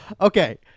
okay